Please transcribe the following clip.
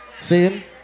see